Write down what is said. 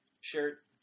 shirt